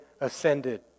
ascended